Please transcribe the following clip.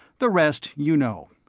the rest you know.